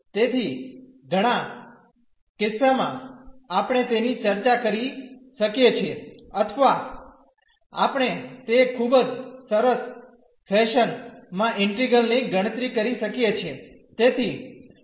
તેથી ઘણા કિસ્સામાં આપણે તેની ચર્ચા કરી શકીએ છીએ અથવા આપણે તે ખૂબ જ સરળ ફેશન માં ઈન્ટિગ્રલ ની ગણતરી કરી શકીએ છીએ